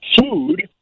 food